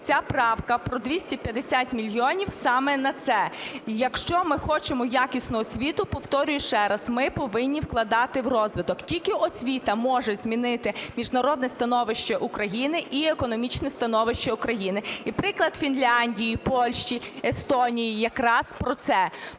ця правка про 250 мільйонів саме на це І якщо ми хочемо якісну освіту, повторюю ще раз, ми повинні вкладати в розвиток. Тільки освіта може змінити міжнародне становище України і економічне становище України. І приклад Фінляндії, Польщі, Естонії, якраз про це.